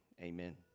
amen